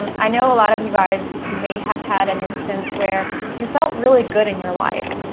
um i know a lot of you guys may have had an instance where you felt really good in your life,